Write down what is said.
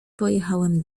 pojechałem